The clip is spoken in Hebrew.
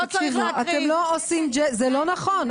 זה לא נכון.